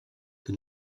que